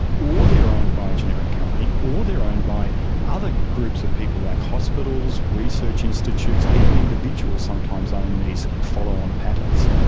or they are owned by a generic company, or they are owned by other groups of people like hospitals, research institutions, even individuals sometimes owned these follow-on patents.